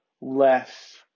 less